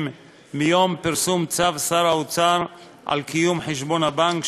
מיום פרסום צו שר האוצר על קיום חשבון הבנק,